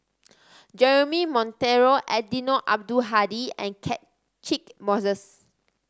Jeremy Monteiro Eddino Abdul Hadi and Catchick Moses